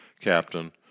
captain